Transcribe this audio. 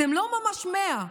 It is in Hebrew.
אתם לא ממש מאה.